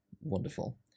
Wonderful